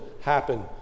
happen